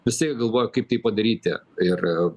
visi jie galvoja kaip tai padaryti ir